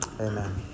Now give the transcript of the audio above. Amen